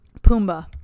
Pumbaa